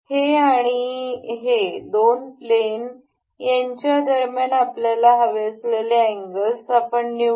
हे आणि हे दोन प्लेन यांच्या दरम्यान आपल्याला हवे असलेले अँगल्स आपण निवडू